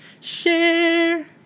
Share